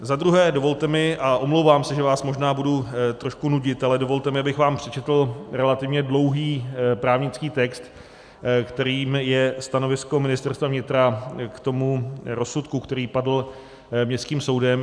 Za druhé, dovolte mi a omlouvám se, že vás možná budu trošku nudit ale dovolte mi, abych vám přečetl relativně dlouhý právnický text, kterým je stanovisko Ministerstva vnitra k tomu rozsudku, který padl Městským soudem.